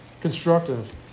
constructive